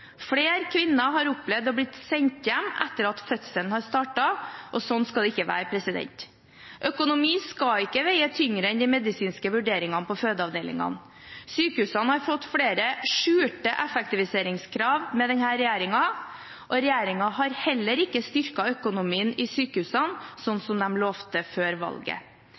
kvinner har opplevd å bli sendt hjem etter at fødselen har startet, og sånn skal det ikke være. Økonomi skal ikke veie tyngre enn de medisinske vurderingene på fødeavdelingene. Sykehusene har fått flere skjulte effektiviseringskrav med denne regjeringen, og regjeringen har heller ikke styrket økonomien i sykehusene, slik de lovte før valget.